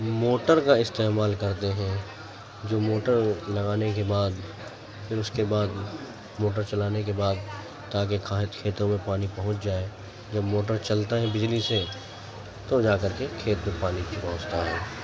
motor کا استعمال کرتے ہیں جو موٹر لگانے کے بعد پھر اس کے بعد موٹر چلانے کے بعد تاکہ کھانچ کھیتوں میں پانی پہنچ جائے جب موٹر چلتا ہے بجلی سے تو جا کر کے کھیت میں پانی بھی پہنچتا ہے